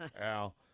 Al